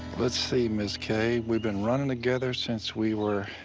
let's see miss kay, we been runnin' together since we were